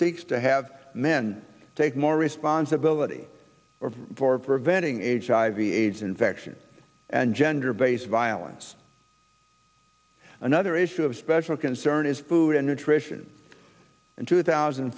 seeks to have men take more responsibility for preventing h i v aids infection and gender based violence another issue of special concern is food and nutrition in two thousand